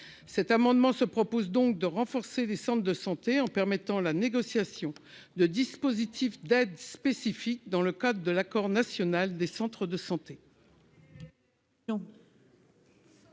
amendement tend donc à renforcer les centres de santé, en permettant la négociation de dispositifs d'aide spécifique dans le cadre de l'accord national des centres de santé.